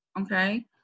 Okay